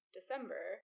December